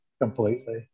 completely